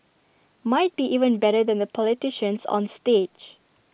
might be even better than the politicians on stage